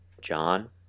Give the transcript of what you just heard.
John